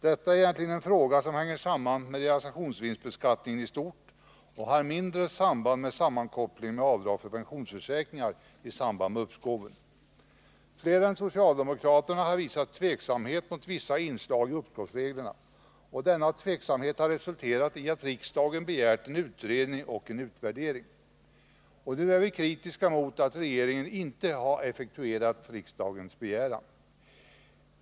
Detta är egentligen en fråga som hänger samman med realisationsvinstbeskattningen i stort, och den har mindre att göra med frågan om avdrag för pensionsförsäkringar i samband med uppskoven. Fler än socialdemokraterna har visat tveksamhet mot vissa inslag i uppskovsreglerna, och denna tveksamhet har resulterat i att riksdagen begärt en utredning och en utvärdering. Vi är nu kritiska mot regeringen för att den inte effektuerat riksdagens begäran.